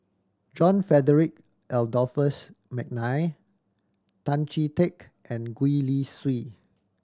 John Frederick Adolphus McNair Tan Chee Teck and Gwee Li Sui